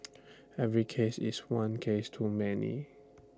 every case is one case too many